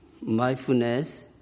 mindfulness